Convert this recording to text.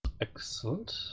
Excellent